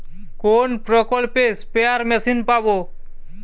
কোন প্রকল্পে spare machine পাব?